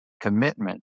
commitment